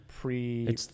pre